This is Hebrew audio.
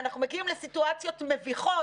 אנחנו מגיעים לסיטואציות מביכות,